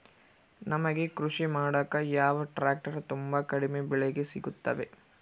ನಮಗೆ ಕೃಷಿ ಮಾಡಾಕ ಯಾವ ಟ್ರ್ಯಾಕ್ಟರ್ ತುಂಬಾ ಕಡಿಮೆ ಬೆಲೆಗೆ ಸಿಗುತ್ತವೆ?